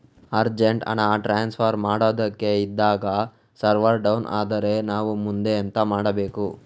Urgent ಹಣ transfer ಮಾಡೋದಕ್ಕೆ ಇದ್ದಾಗ ಸರ್ವರ್ ಡೌನ್ ಆದರೆ ನಾವು ಮುಂದೆ ಎಂತ ಮಾಡಬೇಕು?